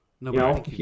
No